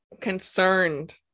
concerned